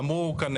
אמרו כאן